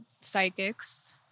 Psychics